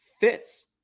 fits